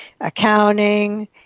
accounting